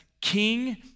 king